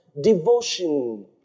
devotion